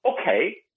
okay